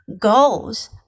Goals